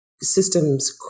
systems